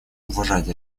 уважать